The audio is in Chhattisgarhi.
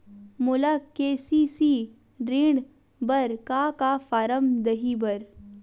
मोला के.सी.सी ऋण बर का का फारम दही बर?